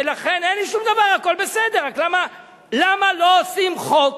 אין לי שום דבר, הכול בסדר, רק למה לא עושים חוק